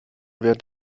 während